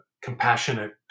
compassionate